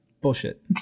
Bullshit